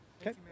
Okay